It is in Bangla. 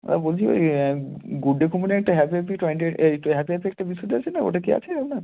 আর বলছি ওই গুড ডে কোম্পানির একটা হ্যাপি হ্যাপি টোয়েন্টি এই হ্যাপি হ্যাপি একটা বিস্কুট আছে না ওটা কি আছে আপনার